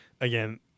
again